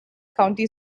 county